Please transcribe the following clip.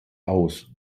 aus